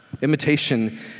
Imitation